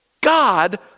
God